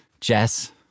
Jess